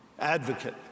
advocate